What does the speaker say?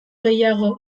gehiago